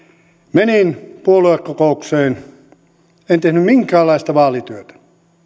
menin puoluekokoukseen en tehnyt minkäänlaista vaalityötä